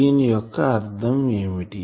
దీనియొక్కఅర్ధం ఏమిటి